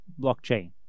blockchain